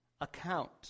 account